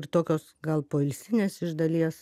ir tokios gal poilsinės iš dalies